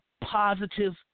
positive